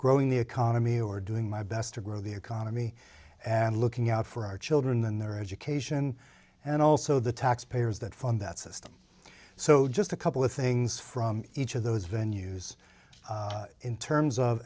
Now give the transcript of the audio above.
growing the economy or doing my best to grow the economy and looking out for our children and their education and also the taxpayers that fund that system so just a couple of things from each of those venues in terms of